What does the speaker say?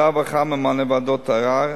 שר הרווחה ממנה ועדות ערר,